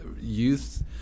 youth